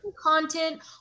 content